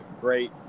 great